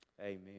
Amen